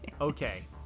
Okay